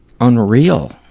unreal